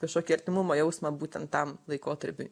kažkokį artimumo jausmą būtent tam laikotarpiui